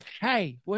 hey